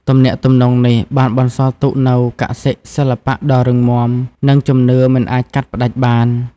ទំនាក់ទំនងនេះបានបន្សល់ទុកនូវកសិសិល្បៈដ៏រឹងមាំ និងជំនឿមិនអាចកាត់ផ្ដាច់បាន។